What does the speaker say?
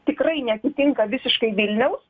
tikrai neatitinka visiškai vilniaus